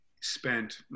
spent